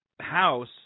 house